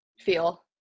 feel